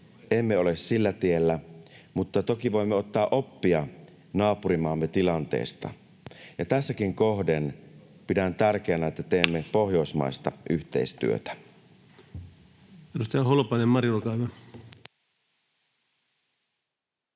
emme ole sillä tiellä, mutta toki voimme ottaa oppia naapurimaamme tilanteesta, ja tässäkin kohden pidän tärkeänä, että teemme pohjoismaista yhteistyötä.